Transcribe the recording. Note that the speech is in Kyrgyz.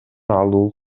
алуу